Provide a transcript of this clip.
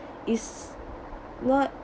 is work